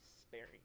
sparing